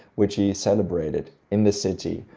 which he celebrated in the city,